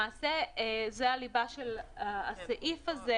למעשה, זה הליבה של הסעיף הזה